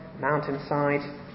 mountainside